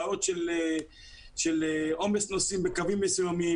בעיות של עומס נוסעים בקווים מסוימים,